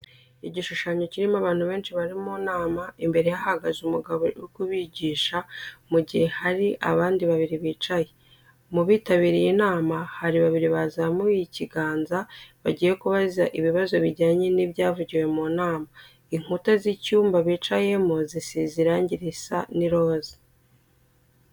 Igishushanyo kirimo abantu benshi bari mu nama imbere hahagaze umugabo uri kubigisha mu gihe hari abandi babiri bicaye. Mu bitabiriye inama hari babiri bazamuye ikiganza bagiye kubaza ibibazo bijyanye n'ibyavugiwe mu nama. Inkuta z'icyumba bicayemo zisize irangi risa n'iroza.